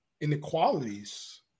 inequalities